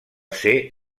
ser